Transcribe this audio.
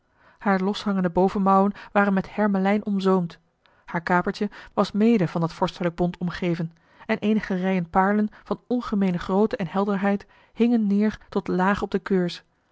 hare loshangende bovenmouwen waren met hermelijn omzoomd haar kapertje was mede van dat vorstelijk bont omgeven en eenige rijen paarlen van ongemeene grootte en helderheid hingen neêr tot laag op de keurs